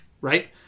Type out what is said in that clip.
Right